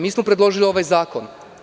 Mi smo predložili ovaj zakon.